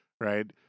Right